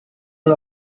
non